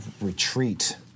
retreat